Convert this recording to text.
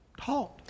taught